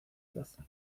lazo